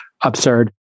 absurd